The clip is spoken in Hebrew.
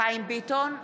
חיים ביטון,